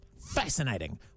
Fascinating